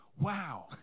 Wow